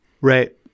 Right